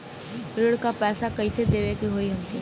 ऋण का पैसा कइसे देवे के होई हमके?